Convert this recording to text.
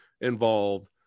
involved